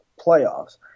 playoffs